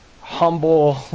humble